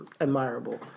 admirable